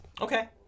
Okay